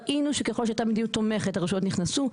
ראינו שככל שהייתה מדיניות תומכת הרשויות נכנסו.